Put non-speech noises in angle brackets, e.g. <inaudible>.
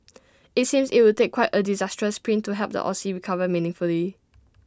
<noise> IT seems IT would take quite A disastrous print to help the Aussie recover meaningfully